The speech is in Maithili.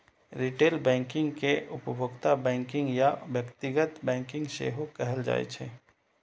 रिटेल बैंकिंग कें उपभोक्ता बैंकिंग या व्यक्तिगत बैंकिंग सेहो कहल जाइ छै